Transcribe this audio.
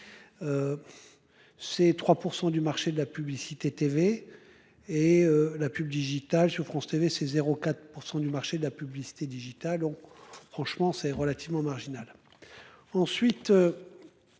Ces 3% du marché de la publicité TV et la pub digitale sur France TV c'est 04% du marché de la publicité digitale ont franchement c'est relativement marginal. Ensuite.